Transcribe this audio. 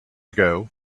ago